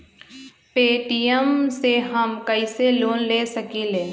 Paytm से हम कईसे लोन ले सकीले?